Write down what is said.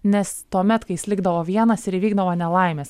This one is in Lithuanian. nes tuomet kai jis likdavo vienas ir įvykdavo nelaimės